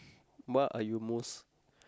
what are you most